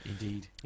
Indeed